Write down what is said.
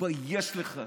תתבייש לך.